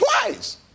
twice